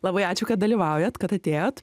labai ačiū kad dalyvaujat kad atėjot